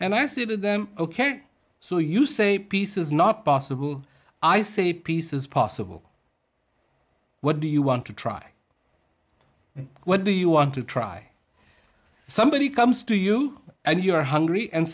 and i say to them ok so you say peace is not possible i say peace is possible what do you want to try and what do you want to try somebody comes to you and you are hungry and